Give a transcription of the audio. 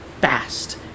fast